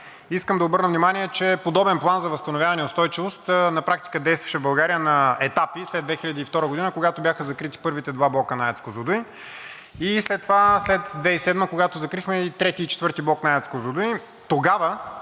Искам да обърна внимание, че подобен План за възстановяване и устойчивост на практика действаше в България на етапи след 2002 г., когато бяха закрити първите два блока на АЕЦ „Козлодуй“ и след това след 2007 г., когато закрихме и 3-ти и 4-ти блок на АЕЦ „Козлодуй“. Тогава